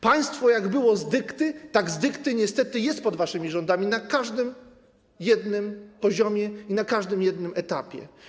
Państwo, jak było z dykty, tak z dykty niestety jest pod waszymi rządami na każdym jednym poziomie i na każdym jednym etapie.